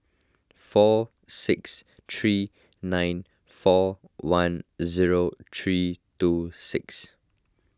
four six three nine four one zero three two six